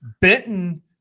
Benton